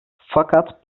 fakat